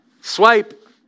swipe